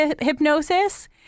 hypnosis